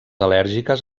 al·lèrgiques